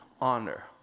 honor